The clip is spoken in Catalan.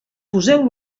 poseu